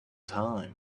time